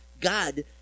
God